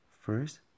First